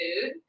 food